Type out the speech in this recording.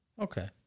okay